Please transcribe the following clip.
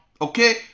okay